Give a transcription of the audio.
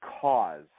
cause